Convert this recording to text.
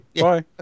Bye